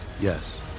Yes